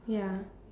ya